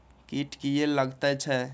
कीट किये लगैत छै?